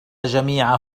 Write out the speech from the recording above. جميع